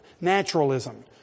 naturalism